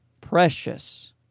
precious